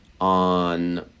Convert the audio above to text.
on